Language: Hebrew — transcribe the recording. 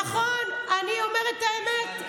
נכון, אני אומרת את האמת.